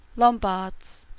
lombards,